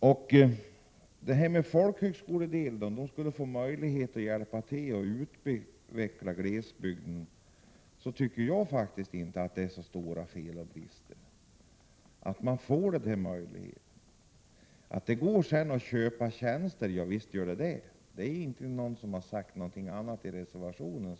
Det har väckts ett förslag att folkhögskolorna skall få möjlighet att hjälpa till att utveckla glesbygden, och jag tycker inte att det är fel att de får den möjligheten. Det går självfallet bra att köpa tjänster ändå — det är ingen som har sagt någonting annat i reservationen.